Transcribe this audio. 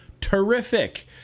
Terrific